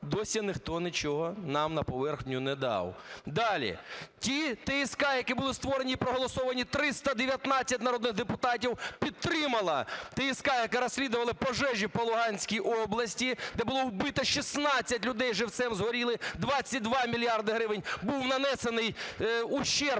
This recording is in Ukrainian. досі ніхто нічого нам на поверхню не дав. Далі. Ті ТСК, які були створені і проголосовані, 319 народних депутатів підтримали ТСК, яка розслідувала пожежі по Луганській області, де було вбито, 16 людей живцем згоріли, 22 мільярди гривень був нанесений ущерб